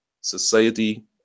society